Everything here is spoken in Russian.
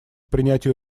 принятию